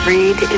Read